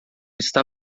está